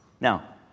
Now